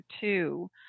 two